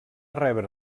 rebre